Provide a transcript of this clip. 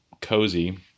cozy